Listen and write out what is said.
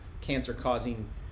cancer-causing